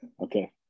Okay